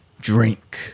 drink